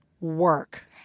work